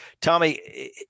Tommy